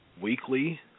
weekly